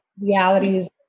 realities